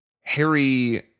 Harry